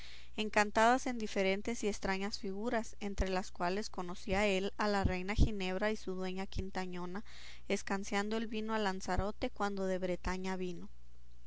encantadas en diferentes y estrañas figuras entre las cuales conocía él a la reina ginebra y su dueña quintañona escanciando el vino a lanzarote cuando de bretaña vino